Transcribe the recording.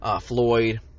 Floyd